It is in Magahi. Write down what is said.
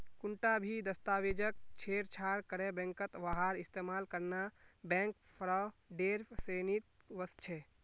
कुंटा भी दस्तावेजक छेड़छाड़ करे बैंकत वहार इस्तेमाल करना बैंक फ्रॉडेर श्रेणीत वस्छे